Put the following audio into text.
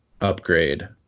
upgrade